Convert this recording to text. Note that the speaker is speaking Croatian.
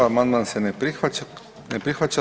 Amandman se ne prihvaća.